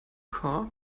car